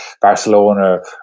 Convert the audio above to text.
Barcelona